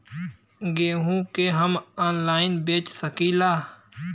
गेहूँ के हम ऑनलाइन बेंच सकी ला?